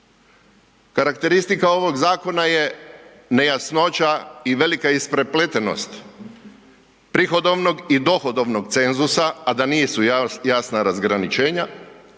Karakteristika ovog zakona je nejasnoća i velika isprepletenost prihodovnog i dohodovnog cenzusa, a da nisu jasna razgraničenja.